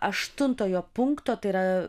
aštuntojo punkto tai yra